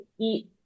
eat